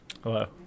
Hello